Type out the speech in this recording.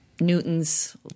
Newton's